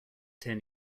ten